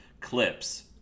clips